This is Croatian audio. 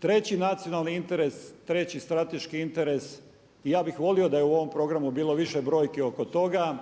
Treći nacionalni interes, treći strateški interes i ja bih volio da je u ovom programu bilo više brojki oko toga,